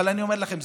אבל אני אומר לכם,